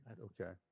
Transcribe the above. okay